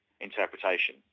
interpretation